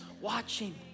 watching